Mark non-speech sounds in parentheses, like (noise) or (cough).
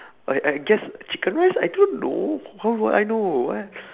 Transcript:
(breath) I I guess chicken rice I don't know how would I know what